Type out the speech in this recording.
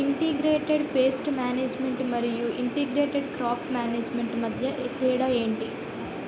integrated pest management మరియు integrated crop management మధ్య తేడా ఏంటి